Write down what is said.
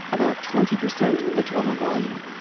about twenty percent of the total volume.